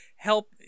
help